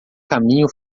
caminho